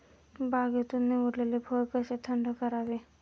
बागेतून निवडलेले फळ कसे थंड करावे?